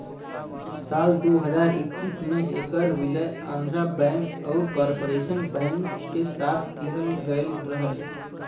साल दू हज़ार इक्कीस में ऐकर विलय आंध्रा बैंक आउर कॉर्पोरेशन बैंक के साथ किहल गयल रहल